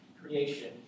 creation